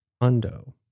Undo